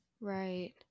Right